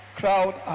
crowd